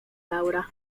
laura